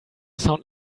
sound